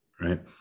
right